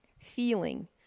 feeling